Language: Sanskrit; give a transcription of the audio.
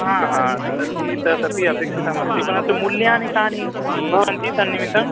हा हा तर्हि तत् अपि अपेक्षितमस्ति परन्तु मूल्यानि कानि भवन्ति तन्निमित्तं